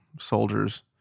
soldiers